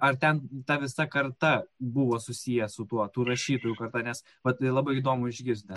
ar ten ta visa karta buvo susiję su tuo tų rašytojų karta nes vat labai įdomu išgirst dar